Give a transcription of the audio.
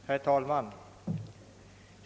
Herr talman!